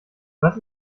was